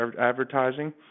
advertising